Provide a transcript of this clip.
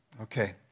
Okay